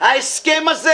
ההסכם הזה